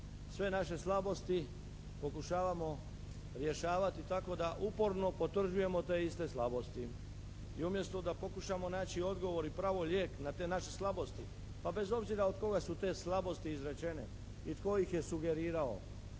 Sve naše slabosti pokušavamo rješavati tako da uporno potvrđujemo te iste slabosti. I umjesto da pokušamo naći odgovor i pravolijek na te naše slabosti pa bez obzira od koga su te slabosti izrečene i tko ih je sugerirao